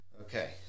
Okay